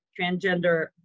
transgender